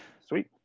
Sweet